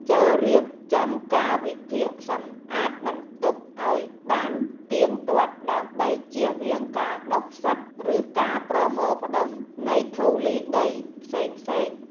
ចូររៀបចំកាលវិភាគសម្អាតបន្ទប់ឱ្យបានទៀងទាត់ដើម្បីជៀសវាងការដុះផ្សិតឬការប្រមូលផ្ដុំនៃធូលីដីផ្សេងៗ។